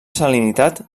salinitat